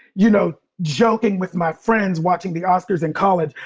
you know, joking with my friends watching the oscars in college.